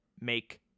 make